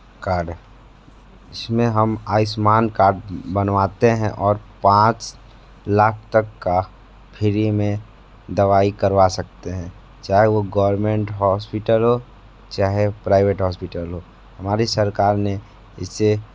card जिसमें हम Ayushman card बनवाते हैं और पाँच लाख तक का फ़्री में दवाई करवा सकते हैं चाहे वो गवर्नमेंट हॉस्पिटल हो चाहे प्राइवेट हॉस्पिटल हो हमारी सरकार ने इसे